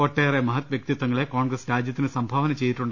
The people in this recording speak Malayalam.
ഒട്ടേറെ മഹത് വ്യക്തിത്വങ്ങളെ കോൺഗ്രസ് രാജ്യത്തിന് സംഭാവന ചെയ്തിട്ടു